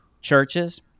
churches